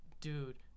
Dude